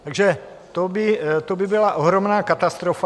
Takže to by byla ohromná katastrofa.